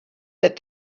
that